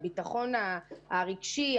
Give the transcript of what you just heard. הביטחון הרגשי,